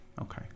Okay